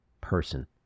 person